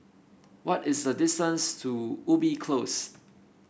what is the distance to Ubi Close